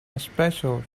espresso